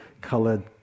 colored